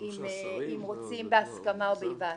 אם רוצים בהסכמה או בהיוועצות?